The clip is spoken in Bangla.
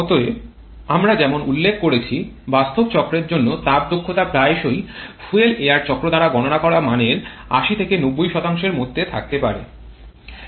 অতএব আমরা যেমন উল্লেখ করেছি বাস্তব চক্রের জন্য তাপ দক্ষতা প্রায়শই ফুয়েল এয়ার চক্র দ্বারা গণনা করা মানের ৮০ থেকে ৯০ এর মধ্যে থাকতে দেখা যায়